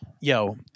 Yo